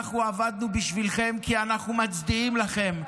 אנחנו עבדנו בשבילכם כי אנחנו מצדיעים לכם.